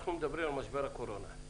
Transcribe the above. אנחנו מדברים על משבר הקורונה.